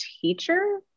teacher